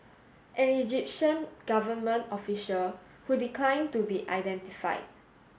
an Egyptian government official who declined to be identified